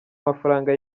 mafaranga